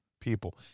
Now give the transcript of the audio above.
people